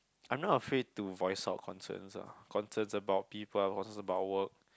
I'm not afraid to voice out concerns lah concerns about people concerns about work